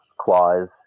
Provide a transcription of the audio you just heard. clause